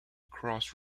cross